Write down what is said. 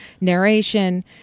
narration